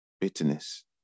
bitterness